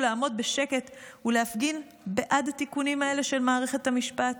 לעמוד בשקט ולהפגין בעד התיקונים האלה של מערכת המשפט.